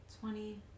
twenty